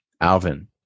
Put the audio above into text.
alvin